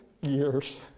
years